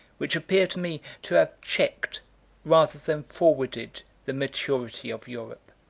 which appear to me to have checked rather than forwarded the maturity of europe.